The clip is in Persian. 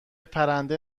پرنده